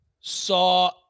saw